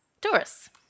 tourists